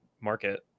market